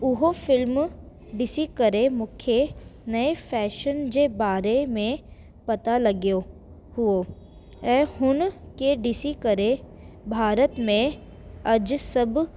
उहो फ़िल्म ॾिसी करे मूंखे नएं फ़ैशन जे बारे में पतो लॻियो हुओ ऐं हुन खे ॾिसी करे भारत में अॼु सभ